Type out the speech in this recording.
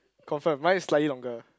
confirm my is slightly longer